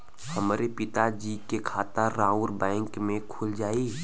हमरे पिता जी के खाता राउर बैंक में खुल जाई?